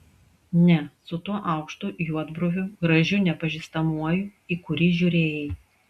ne su tuo aukštu juodbruviu gražiu nepažįstamuoju į kurį žiūrėjai